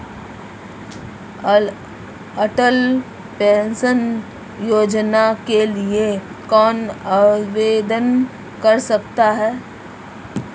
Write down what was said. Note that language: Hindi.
अटल पेंशन योजना के लिए कौन आवेदन कर सकता है?